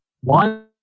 one